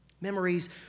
Memories